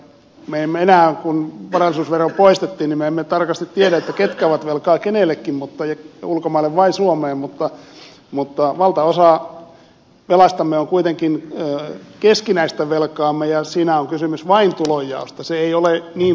me emme enää kun varallisuusvero poistettiin tarkasti tiedä ketkä ovat velkaa kenellekin ulkomaille vai suomeen mutta valtaosa velastamme on kuitenkin keskinäistä velkaamme ja siinä on kysymys vain tulonjaosta se ei ole niin huolestuttavaa